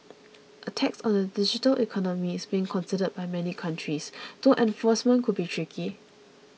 a tax on the digital economy is being considered by many countries though enforcement could be tricky